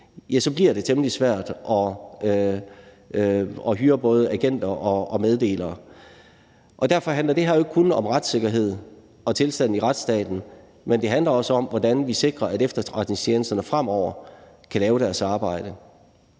bliver det temmelig svært at hyre både agenter og meddelere. Derfor handler det her jo ikke kun om retssikkerhed og tilstanden i retsstaten, det handler også om, hvordan vi sikrer, at efterretningstjenesterne fremover kan lave deres arbejde.